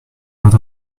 out